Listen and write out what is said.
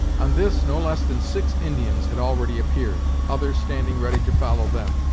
on this no less than six indians had already appeared, others standing ready to follow them,